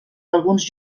alguns